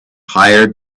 hired